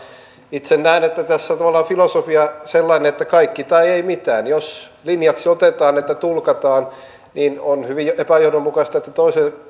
itse näen että tässä tavallaan filosofia on sellainen että kaikki tai ei mitään jos linjaksi otetaan että tulkataan niin on hyvin epäjohdonmukaista että toiselle